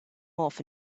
off